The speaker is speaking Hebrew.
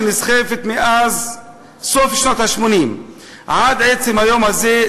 שנסחבת מאז סוף שנות ה-80 עד עצם היום הזה,